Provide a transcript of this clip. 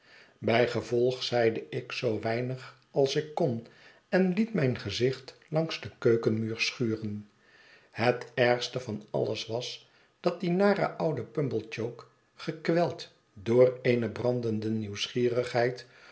gevolg zeide ik zoo weinig als ik kon en liet mijn gezicht langs den keukenmuur schuren het ergste van alles was dat die nare oude pumblechook gekweld door eene brandende nieuwsgierigheid